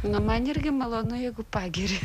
na man irgi malonu jeigu pagiria